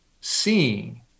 seeing